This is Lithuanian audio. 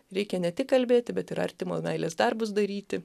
reikia ne tik kalbėti bet ir artimo meilės darbus daryti